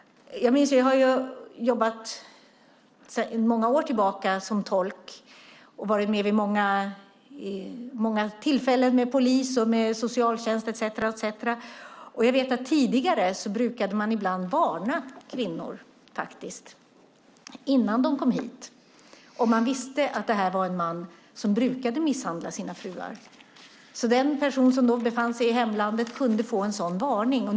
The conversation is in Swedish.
Jag har jobbat i många år som tolk, och jag har varit med vid många tillfällen med polis, socialtjänst etcetera. Tidigare brukade man ibland varna kvinnor innan de kom hit om man visste att det var fråga om en man som brukade misshandla sina fruar. Den person som befann sig i hemlandet kunde få en varning.